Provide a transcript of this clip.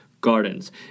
gardens